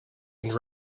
and